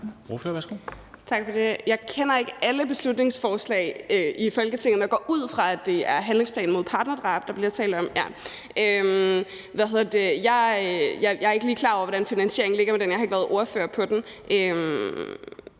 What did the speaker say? Jeg kender ikke alle beslutningsforslag i Folketinget, men jeg går ud fra, at det er handlingsplanen mod partnerdrab, der bliver talt om – ja. Jeg er ikke lige klar over, hvordan finansieringen er af den, for jeg har ikke været ordfører på den,